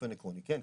באופן עקרוני, כן.